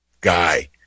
guy